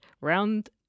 Round